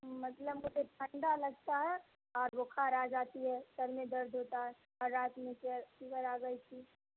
مطلب مجھے ٹھنڈا لگتا ہے اور بخار آ جاتی ہے سر میں درد ہوتا ہے اور رات میں سر فیور آ گئی تھی